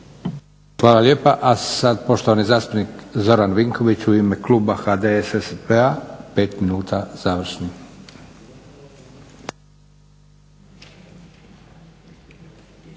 Hvala lijepa. A sada poštovani zastupnik Zoran Vinković u ime Kluba HDSSB-a 5 minuta završnih.